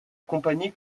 compagnie